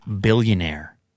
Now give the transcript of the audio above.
billionaire